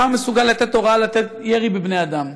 מחר מסוגל לתת הוראה לתת ירי בבני אדם.